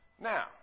Now